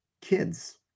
kids